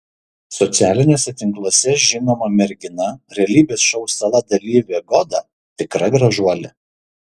socialiniuose tinkluose žinoma mergina realybės šou sala dalyvė goda tikra gražuolė